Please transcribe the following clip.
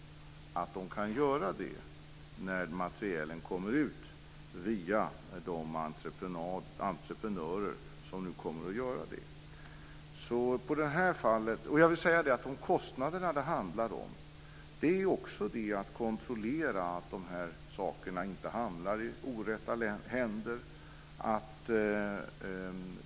De kan göra det när materielen kommer ut till försäljning, via de entreprenörer som har hand om detta. Kostnaderna handlar också om att kontrollera att materielen inte hamnar i orätta händer.